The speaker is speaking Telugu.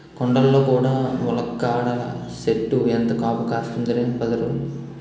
కొండల్లో కూడా ములక్కాడల సెట్టు ఎంత కాపు కాస్తందిరా బదరూ